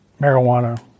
marijuana